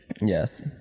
Yes